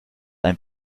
ein